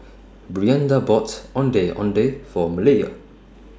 Brianda bought Ondeh Ondeh For Malaya